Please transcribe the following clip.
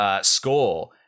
score